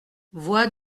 voix